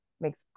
makes